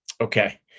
okay